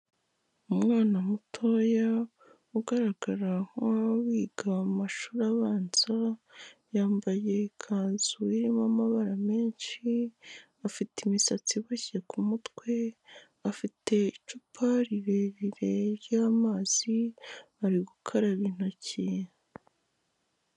Umwana mutoya ugaragara nk'waba wiga mu mashuri abanza, yambaye ikanzu irimo amabara menshi, afite imisatsi iboshye ku mutwe, afite icupa rirerire ry'amazi, ari gukaraba intoki.